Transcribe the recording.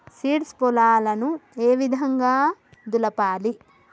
Seeds పొలాలను ఏ విధంగా దులపాలి?